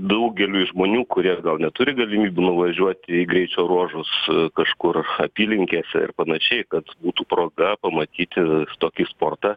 daugeliui žmonių kurie gal neturi galimybių nuvažiuot į greičio ruožus kažkur apylinkėse ir panašiai kad būtų proga pamatyti tokį sportą